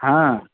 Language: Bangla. হ্যাঁ